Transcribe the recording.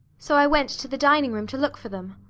so i went to the dining-room to look for them.